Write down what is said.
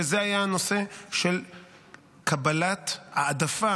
וזה היה הנושא של קבלת העדפה,